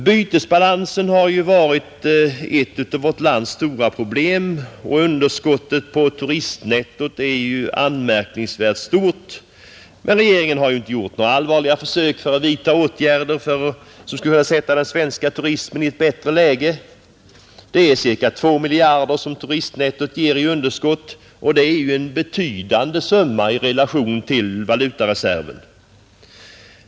Bytesbalansen har under lång tid varit ett av vårt lands stora problem. Turistnettot har visat ett anmärkningsvärt stort underskott, men regeringen har inte gjort några allvarliga försök att sätta den svenska turismen i ett bättre läge. Turistnettot visar ett underskott om ca 2 miljarder kronor, och det är ju en betydande summa i relation till vår valutareserv.